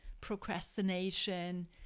procrastination